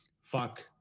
Fuck